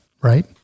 Right